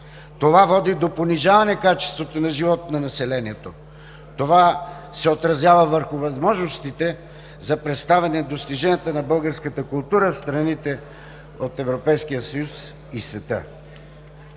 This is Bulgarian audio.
Това води до понижаване качеството на живот на населението. Това се отразява върху възможностите за представяне достиженията на българската култура в страните от Европейския съюз и света.